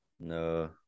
No